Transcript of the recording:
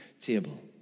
table